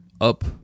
Up